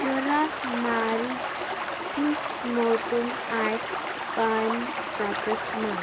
شُراہ مارِچ کیُتھ موسم آسہِ پانۍ پَتَس منٛز